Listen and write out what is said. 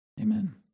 Amen